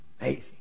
amazing